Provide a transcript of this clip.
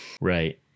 Right